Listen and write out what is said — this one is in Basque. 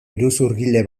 iruzurgile